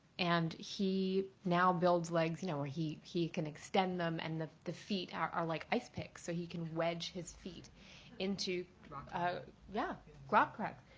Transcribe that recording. and he now builds legs you know where he he can extend them and the the feet are like ice picks, so he can wedge his feet into the ah yeah rock cracks.